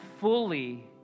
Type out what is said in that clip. fully